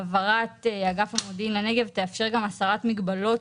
העברת אגף המודיעין לנגב תאפשר גם הסרת מגבלות